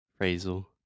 phrasal